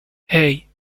hey